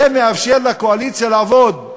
זה מאפשר לקואליציה לעבוד.